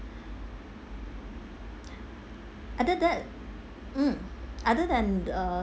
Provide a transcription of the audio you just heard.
other that mm other than err